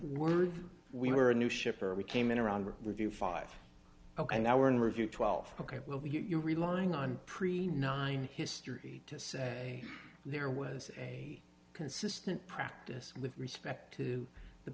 were we were a new shipper we came in around review five ok now we're in review twelve ok you're relying on pre nine history to say there was a consistent practice with respect to the